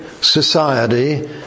society